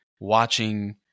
watching